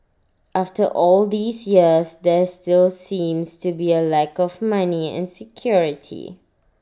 after all these years there still seems to be A lack of money and security